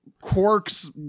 quirks